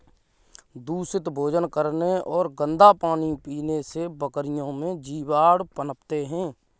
दूषित भोजन करने और गंदा पानी पीने से बकरियों में जीवाणु पनपते हैं